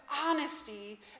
honesty